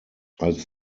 als